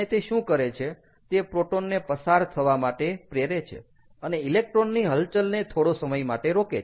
અને તે શું કરે છે તે પ્રોટોન ને પસાર થવા માટે પ્રેરે છે અને ઇલેક્ટ્રોન ની હલચલને થોડો સમય રોકે છે